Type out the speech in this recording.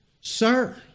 sir